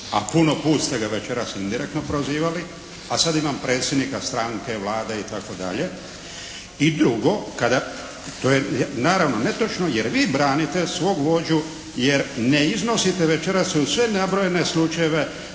a puno put ste ga večeras indirektno prozivali, a sad imam predsjednika stranke, Vlade itd. I drugo, to je naravno netočno jer vi branite svog vođu jer ne iznosite večeras uz sve nabrojene slučajeve